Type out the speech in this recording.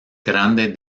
grande